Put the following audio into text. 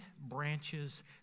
branches